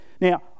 Now